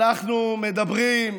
אנחנו מדברים,